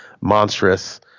monstrous